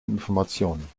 informationen